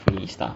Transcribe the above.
free stuff